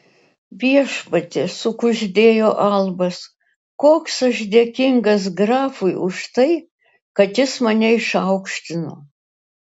viešpatie sukuždėjo albas koks aš dėkingas grafui už tai kad jis mane išaukštino